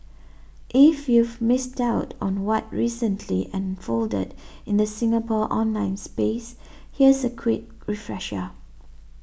if you've missed out on what recently unfolded in the Singapore online space here's a quick refresher